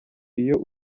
iyo